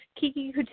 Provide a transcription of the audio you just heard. Kiki